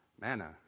Manna